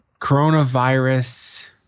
coronavirus